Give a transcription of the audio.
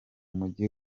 mujyi